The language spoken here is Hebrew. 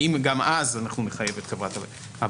האם גם אז נחייב את חברת הביטוח.